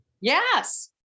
Yes